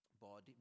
body